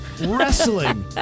wrestling